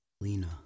Lena